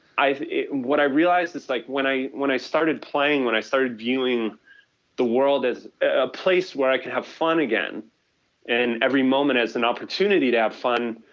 what i realize is like when i when i started playing, when i started viewing the world as a place where i could have fun again and every moment has an opportunity to have fun,